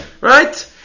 Right